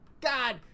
God